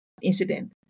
incident